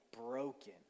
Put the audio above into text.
broken